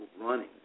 running